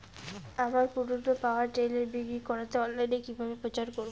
আমার পুরনো power tiller বিক্রি করাতে অনলাইনে কিভাবে প্রচার করব?